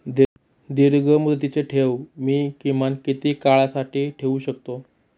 दीर्घमुदतीचे ठेव मी किमान किती काळासाठी ठेवू शकतो?